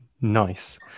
Nice